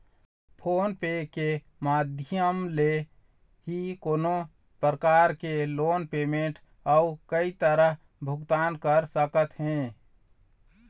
phone पे के माधियम ले ही कोनो परकार के लोन पेमेंट अउ कई तरह भुगतान कर सकत हे